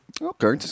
Okay